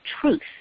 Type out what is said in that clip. truth